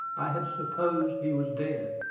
i had supposed he was dead,